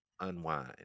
unwind